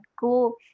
go